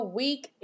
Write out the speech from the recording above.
week